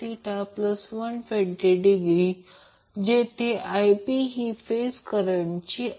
तर star connected लोडसाठी line current phase current परंतु लाइन व्होल्टेज √3 फेज व्होल्टेज असेल